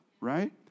right